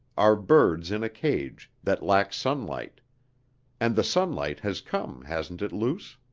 are birds in a cage that lack sunlight and the sunlight has come, hasn't it, luce.